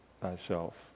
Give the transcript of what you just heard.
thyself